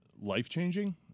life-changing